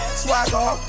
swagger